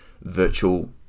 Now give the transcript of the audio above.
virtual